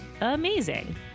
amazing